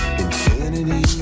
infinity